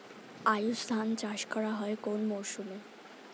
আউশ ধান চাষ করা হয় কোন মরশুমে?